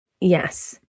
Yes